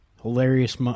hilarious